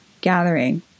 gathering